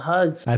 Hugs